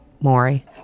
Maury